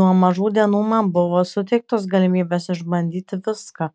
nuo mažų dienų man buvo suteiktos galimybės išbandyti viską